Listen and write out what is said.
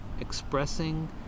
expressing